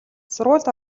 сургуульд